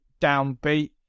downbeat